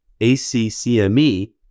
ACCME